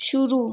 शुरू